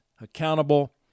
accountable